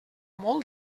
molt